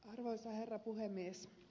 arvoisa herra puhemies